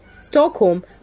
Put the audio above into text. Stockholm